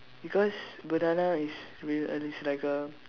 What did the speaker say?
because banana is real and it's like a